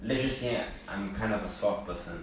let's just say I I'm kind of a soft person